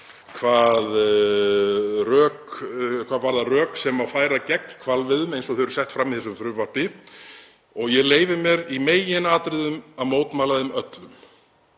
og rök sem má færa gegn hvalveiðum eins og þau eru sett fram í þessu frumvarpi og ég leyfi mér í meginatriðum að mótmæla þeim öllum.